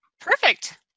Perfect